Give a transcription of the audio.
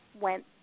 went